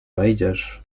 wejdziesz